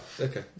Okay